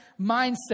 mindset